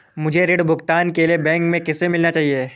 मुझे ऋण भुगतान के लिए बैंक में किससे मिलना चाहिए?